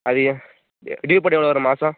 அது டீவ் போட்டால் எவ்வளோ வரும் மாதம்